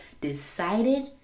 decided